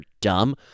dumb